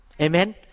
Amen